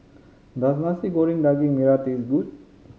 does Nasi Goreng Daging Merah taste good